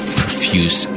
profuse